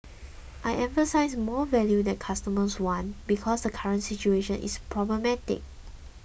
I emphasised 'more value that customers want' because the current situation is problematic